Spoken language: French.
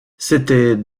c’était